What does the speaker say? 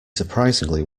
surprisingly